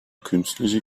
künstliche